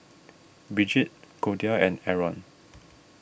Brigitte Goldia and Arron